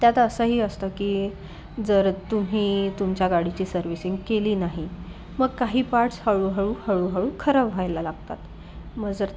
त्याता असंही असतं की जर तुम्ही तुमच्या गाडीची सर्व्हिसिंग केली नाही मग काही पार्ट्स हळूहळू हळूहळू खराब व्हायला लागतात मग जर